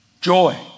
joy